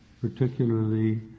particularly